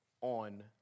on